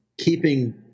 keeping